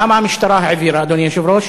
למה המשטרה העבירה, אדוני היושב-ראש?